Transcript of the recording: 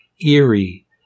Eerie